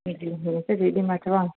हा जी जेहिं ॾींहु मां चवां